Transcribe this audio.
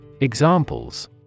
Examples